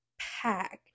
packed